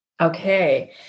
Okay